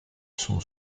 son